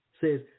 Says